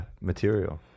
material